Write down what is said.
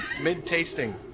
mid-tasting